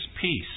peace